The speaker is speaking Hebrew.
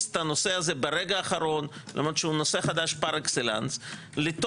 את הנושא הזה ברגע האחרון למרות שהוא נושא חדש פר אקסלנס לתוך